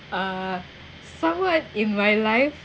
uh somewhat in my life